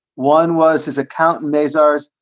one was his account maziar's.